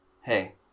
Hey